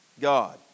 God